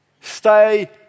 Stay